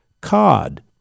Cod